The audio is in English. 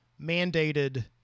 mandated